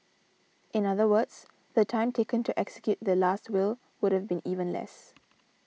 in other words the time taken to execute the Last Will would have been even less